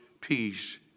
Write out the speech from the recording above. Peace